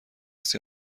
است